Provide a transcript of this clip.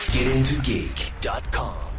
GetIntoGeek.com